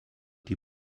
die